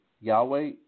Yahweh